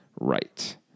Right